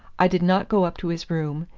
i did not go up to his room,